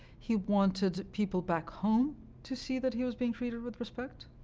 he wanted people back home to see that he was being treated with respect.